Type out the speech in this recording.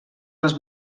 les